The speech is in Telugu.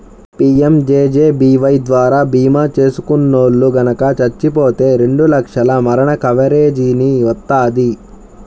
పీయంజేజేబీవై ద్వారా భీమా చేసుకున్నోల్లు గనక చచ్చిపోతే రెండు లక్షల మరణ కవరేజీని వత్తది